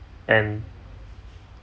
and